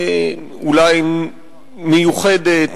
אולי מיוחדת,